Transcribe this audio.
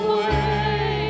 away